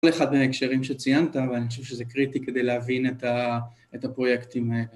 כל אחד מההקשרים שציינת, אבל אני חושב שזה קריטי כדי להבין את הפרויקטים האלה.